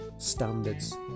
standards